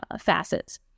facets